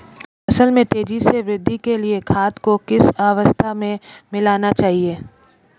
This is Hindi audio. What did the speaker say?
फसल में तेज़ी से वृद्धि के लिए खाद को किस अवस्था में मिलाना चाहिए?